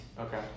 Okay